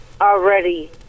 already